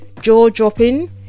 jaw-dropping